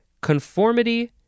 conformity